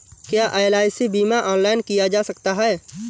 क्या एल.आई.सी बीमा ऑनलाइन किया जा सकता है?